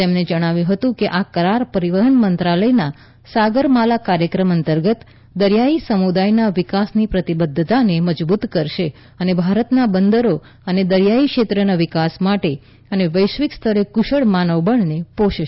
તેમણે જણાવ્યું હતું કે આ કરાર પરિવહન મંત્રાલયના સાગર માલા કાર્યક્રમ અંતર્ગત દરિયાઇ સમુદાયના વિકાસની પ્રતિબદ્ધતાને મજબૂત કરશે અને ભારતના બંદરો અને દરિયાઇ ક્ષેત્રના વિકાસ માટે અને વૈશ્વિક સ્તરે કુશળ માનવબળને પોષશે